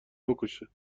بکشه